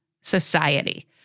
society